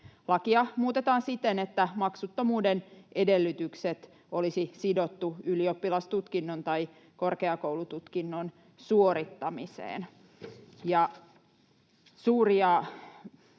Lakia muutetaan siten, että maksuttomuuden edellytykset olisi sidottu ylioppilastutkinnon tai korkeakoulututkinnon suorittamiseen.